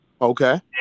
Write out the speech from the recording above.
Okay